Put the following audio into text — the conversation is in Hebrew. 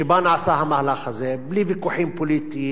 שבה נעשה המהלך הזה: בלי ויכוחים פוליטיים,